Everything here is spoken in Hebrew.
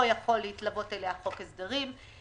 לא יכול להתלוות אליה חוק הסדרים.